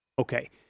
Okay